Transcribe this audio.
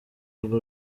urwo